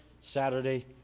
Saturday